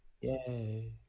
Yay